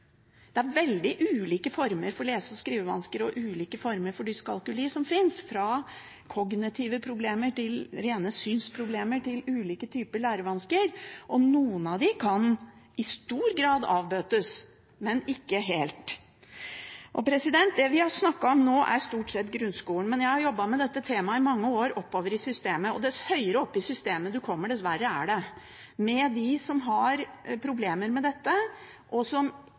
Det finnes veldig ulike former for lese- og skrivevansker og ulike former for dyskalkuli, fra kognitive problemer og rene synsproblemer til ulike typer lærevansker. Noen av dem kan i stor grad avbøtes, men ikke helt. Det vi har snakket om nå, er stort sett om grunnskolen. Jeg har i mange år jobbet med dette temaet oppe i systemet. Dess høyere oppe i systemet man kommer, dess verre er det for dem som har problemer med dette og ikke har fått god hjelp, og som